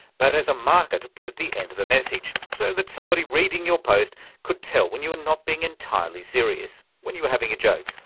but as a marker to put at the end of a message, so that somebody reading your post could tell when you were not being entirely serious, when you were having a joke.